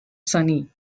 sonny